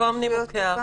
במקום נימוקי ההחלטה.